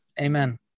Amen